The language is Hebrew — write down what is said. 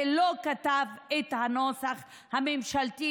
ולא כתב את הנוסח הממשלתי,